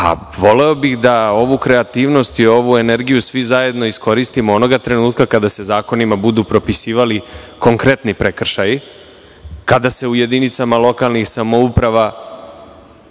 bih da ovu kreativnost i ovu energiju svi zajedno iskoristimo onoga trenutka kada se zakonima budu propisivali konkretni prekršaji, kada se u jedinicama lokalnih samouprava